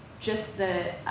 just the,